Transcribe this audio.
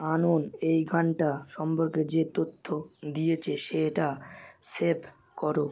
আনোন এই গানটা সম্পর্কে যে তথ্য দিয়েছে সেটা সেভ করো